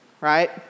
Right